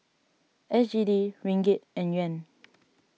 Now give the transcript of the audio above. S G D Ringgit and Yuan